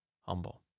humble